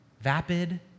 vapid